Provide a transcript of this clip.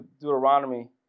Deuteronomy